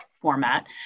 format